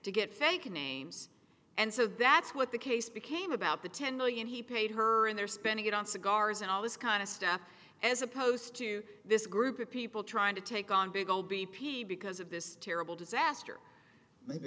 to get fake names and so that's what the case became about the ten million he paid her and they're spending it on cigars and all this kind of stuff as opposed to this group of people trying to take on big old b p because of this terrible disaster maybe